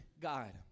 God